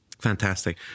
Fantastic